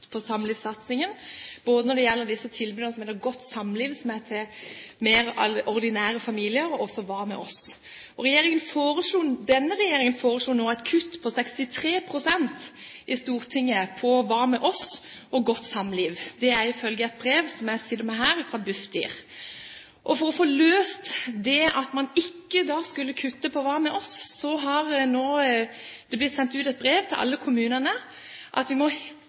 både når det gjelder tilbudet som heter Godt samliv!, som er for mer ordinære familier, og Hva med oss? Denne regjeringen foreslo nå i Stortinget et kutt på 63 pst. i Hva med oss? og Godt samliv!, ifølge et brev jeg står med her fra Bufdir. Og for å få løst det at man ikke skulle kutte i Hva med oss?, blir det nå sendt ut et brev til alle kommunene om å fjerne alle de koordinatorstillingene som lå for å lage gode samlivskurs. De sier også at vi